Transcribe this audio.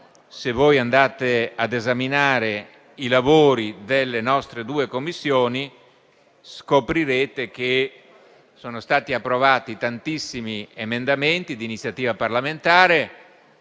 se andate a esaminare i lavori delle nostre due Commissioni, scoprirete che sono stati approvati tantissimi emendamenti di iniziativa parlamentare,